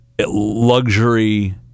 luxury